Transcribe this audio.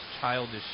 childish